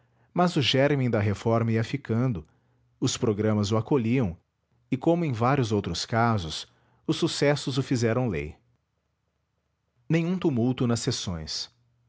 mas o gérmen da reforma ia ficando os programas o acolhiam e como em vários outros casos os sucessos o fizeram lei nenhum tumulto nas sessões